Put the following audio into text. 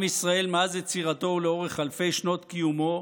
עם ישראל, מאז יצירתו ולאורך אלפי שנות קיומו,